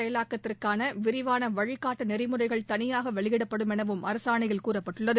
செயலாக்கத்திற்கான விரிவான வழிகாட்டு தனியாக மேலம் நெறிமுறைகள் இத்திட்ட வெளியிடப்படும் எனவும் அரசாணையில் கூறப்பட்டுள்ளது